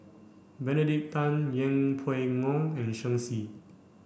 Benedict Tan Yeng Pway Ngon and Shen Xi